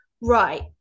right